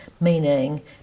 meaning